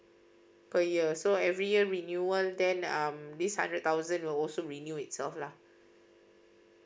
per year so every year renewal then mm these hundred thousand will also renew itself lah